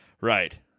Right